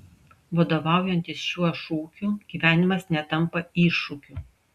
vadovaujantis šiuo šūkiu gyvenimas netampa iššūkiu